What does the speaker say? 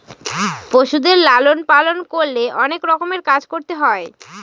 পশুদের লালন পালন করলে অনেক রকমের কাজ করতে হয়